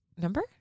number